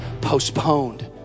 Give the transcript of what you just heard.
postponed